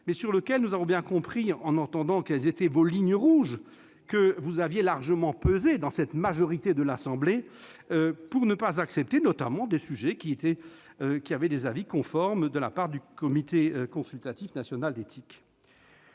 sur lequel nous avons bien compris, en entendant quelles étaient vos lignes rouges, que vous aviez largement pesé, dans cette majorité de l'Assemblée, pour ne pas accepter, s'agissant notamment de sujets qui avaient reçu des avis conformes de la part du Comité consultatif national d'éthique.